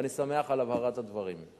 ואני שמח על הבהרת הדברים.